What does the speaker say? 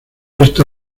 esta